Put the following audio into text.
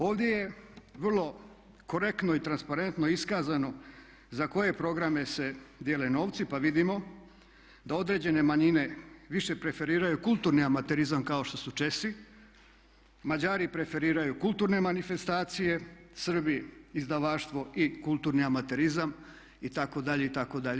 Ovdje je vrlo korektno i transparentno iskazano za koje programe se dijele novci, pa vidimo da određene manjine više preferiraju kulturni amaterizam kao što su Česi, Mađari preferiraju kulturne manifestacije, Srbi izdavaštvo i kulturni amaterizam itd. itd.